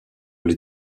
les